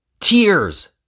Tears